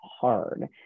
hard